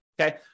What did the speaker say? okay